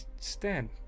stand